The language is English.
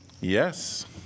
yes